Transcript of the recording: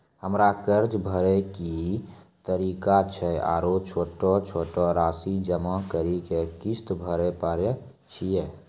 हमरा कर्ज भरे के की तरीका छै आरू छोटो छोटो रासि जमा करि के किस्त भरे पारे छियै?